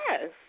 Yes